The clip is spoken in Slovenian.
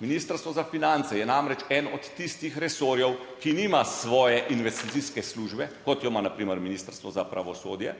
Ministrstvo za finance je namreč eden od tistih resorjev, ki nima svoje investicijske službe, kot jo ima na primer Ministrstvo za pravosodje